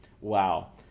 Wow